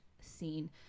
scene